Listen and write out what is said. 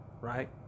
right